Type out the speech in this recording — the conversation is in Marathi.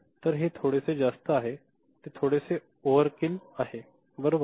तर हे थोडेसे जास्त आहे ते थोडेसे ओव्हरकिल आहे बरोबर